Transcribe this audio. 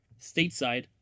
stateside